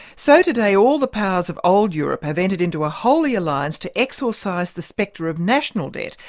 so today all the powers of old europe have entered into a holy alliance to exorcise the spectre of national debt.